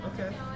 Okay